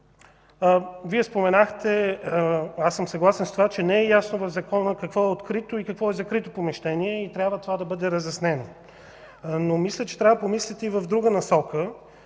Вие споменахте, аз съм съгласен с това, че не е ясно в Закона какво е открито и какво е закрито помещение. Това трябва да бъде разяснено. Мисля, че трябва да помислите и в друга насока